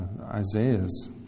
Isaiah's